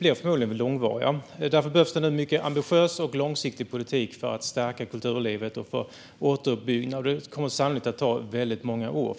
kommer förmodligen att bli långvariga. Därför behövs en ambitiös och långsiktig politik för att stärka kulturlivet och återuppbyggnad, och det kommer sannolikt att ta många år.